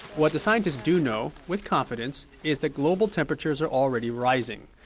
what the scientists do know, with confidence, is that global temperatures are already rising.